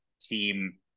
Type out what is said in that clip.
team